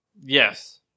Yes